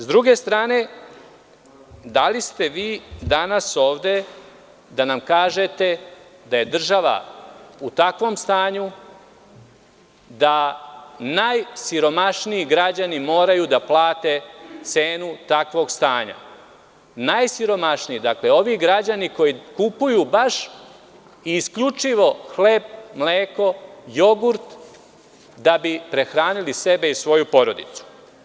S druge strane, da li ste vi danas ovde da nam kažete da je država u takvom stanju da najsiromašniji građani moraju da plate cenu takvog stanja, dakle, najsiromašniji, ovi građani koji kupuju baš i isključivo hleb, mleko i jogurt da bi prehranili sebe i svoju porodicu?